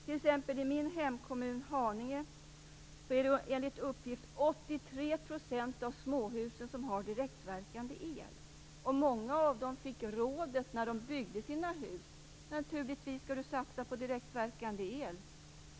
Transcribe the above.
I min hemkommun Haninge t.ex. har enligt uppgift 83 % av småhusen direktverkande el. Många fick när de byggde sina hus rådet: Naturligtvis skall du satsa på direktverkande el!